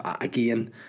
again